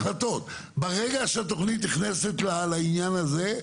ברגע שהתוכנית נכנסת לעניין הזה,